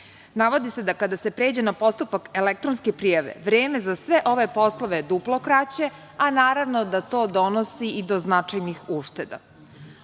navodi se da kada se pređe na postupak elektronske prijave vreme za sve ove poslove je duplo kraće, a naravno da to donosi i do značajnih ušteda.